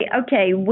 okay